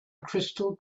crystal